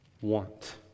want